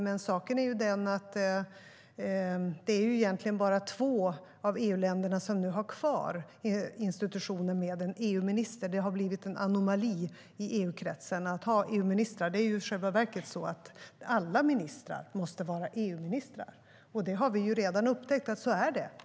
Men det är egentligen bara två av EU-länderna som nu har kvar institutioner med en EU-minister. Det har blivit en anomali i EU-kretsen att ha EU-ministrar. Det är i själva verket så att alla ministrar måste vara EU-ministrar. Vi har redan upptäckt att det är så.